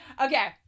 Okay